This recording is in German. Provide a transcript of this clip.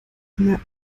wir